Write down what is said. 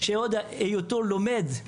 שלו בתורה,